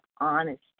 honesty